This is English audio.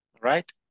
Right